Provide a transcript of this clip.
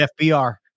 FBR